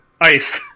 ice